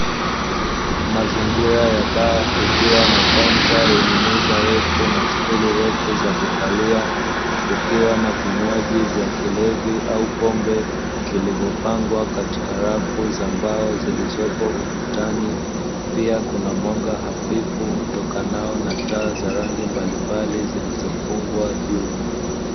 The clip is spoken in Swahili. Mazingira ya baa kukiwa na kaunta yenye meza refu na stuli refu za kukalia, kukiwa na vinywaji vya kilevi au pombe vilizopangwa katika rafu za mbao zilizopo ukutani, pia kuna mwanga hafifu utokanao na taa za rangi mbalimbali zilizofungwa juu.